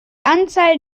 anzahl